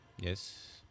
Yes